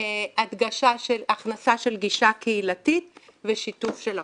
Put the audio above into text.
הדגשה של הכנסה של גישה קהילתית ושיתוף של לקוחות.